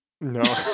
No